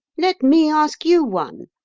let me ask you one,